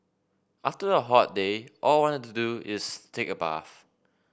after a hot day all I want to do is take a bath